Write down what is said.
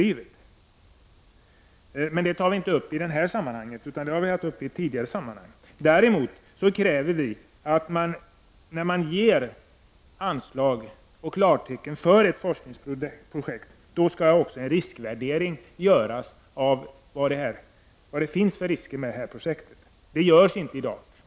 Detta tar vi inte upp nu, men det har behandlats i ett tidigare sammanhang. Däremot kräver vi att när man ger anslag och klartecken för ett forskningsprojekt skall man också utvärdera vilka risker det finns med projektet. Det görs inte i dag.